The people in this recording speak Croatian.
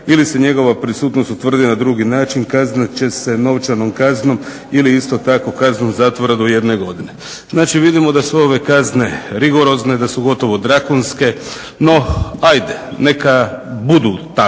ili se njegova prisutnost utvrdi na drugi način kaznit će novčanom kaznom ili isto tako kaznom zatvora do jedne godine." Znači, vidimo da su ove kazne rigorozne, da su gotovo drakonske. No ajde, neka budu takve.